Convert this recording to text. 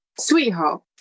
sweetheart